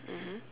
mmhmm